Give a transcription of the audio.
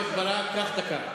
על שר הביטחון, קח עוד דקה.